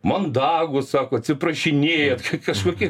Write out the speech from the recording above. mandagūs sako atsiprašinėjat kažkokie